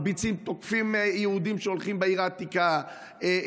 תוקפים יהודים שהולכים בעיר העתיקה,